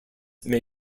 may